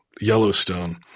Yellowstone